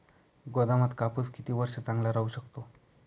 गोदामात कापूस किती वर्ष चांगला राहू शकतो?